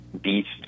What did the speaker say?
beast